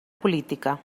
política